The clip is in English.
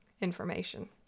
information